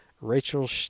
Rachel